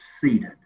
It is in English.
seated